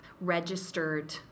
registered